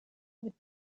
with